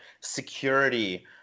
security